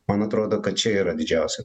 man atrodo kad čia yra didžiausia